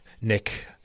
Nick